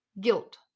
guilt